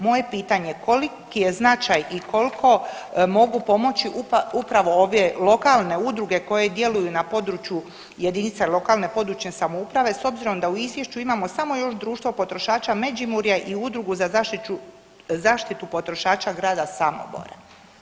Moje je pitanje koliki je značaj i koliko mogu pomoći upravo ove lokalne udruge koje djeluju na području jedinice lokalne, područne samouprave s obzirom da u izvješću imamo samo još Društvo potrošača Međimurja i Udrugu za zaštitu potrošača grada Samobora.